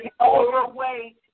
overweight